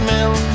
Mill